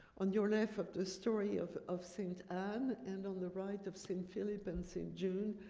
on your left, of the story of of st. anne, and on the right, of st. phillip and st. jude.